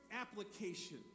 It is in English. application